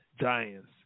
giants